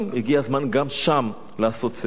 הגיע הזמן גם שם לעשות סדר.